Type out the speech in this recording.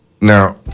Now